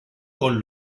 con